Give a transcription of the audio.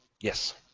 Yes